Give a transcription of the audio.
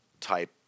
type